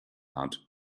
hat